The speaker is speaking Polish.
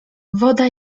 woda